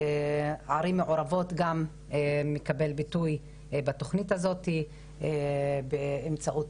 ערים מעורבות גם מקבלות ביטוי בתוכנית הזאת באמצעות